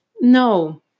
no